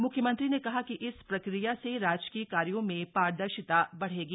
म्ख्यमंत्री ने कहा कि इस प्रक्रिया से राजकीय कार्यों में पारदर्शिता बढ़ेगी